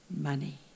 money